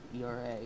ERA